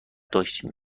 داشتیم